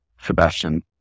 Sebastian